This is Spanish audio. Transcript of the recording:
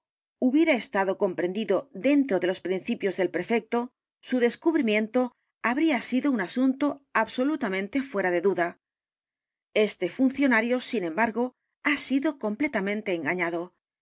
hubiera estado comprendido dentro de los principios del prefecto su descubrimiento habría sido un asunto absolutamente fuera de duda este funcionario sin embargo ha sido completamente e